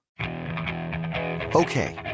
Okay